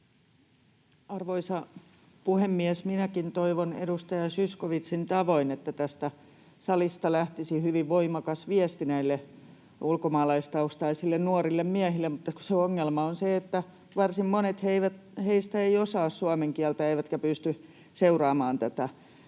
Arvoisa puhemies! Minäkin toivon edustaja Zyskowiczin tavoin, että tästä salista lähtisi hyvin voimakas viesti näille ulkomaalaistaustaisille nuorille miehille, mutta kun se ongelma on se, että varsin monet heistä eivät osaa suomen kieltä eivätkä pysty seuraamaan tätä